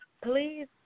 please